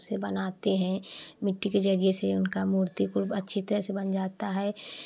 उसे बनाते हैं मिट्टी के जरिए से उनका मूर्ति खूब अच्छी तरह से बन जाता है